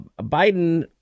Biden